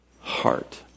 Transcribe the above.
heart